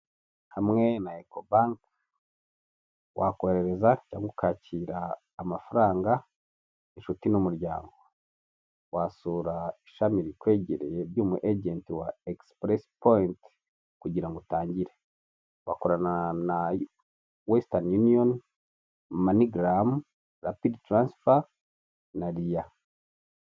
Hamwe na ekobanke wakohereza cyangwa ukakira amafaranga inshuti n'umuryango, wasura ishami rikwegereye ry'umu ejenti wa egisipuresi poyinti kugira ngo utangire, wakorana na wesitani yuniyoni, manigaramu na riya.